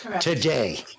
today